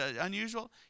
unusual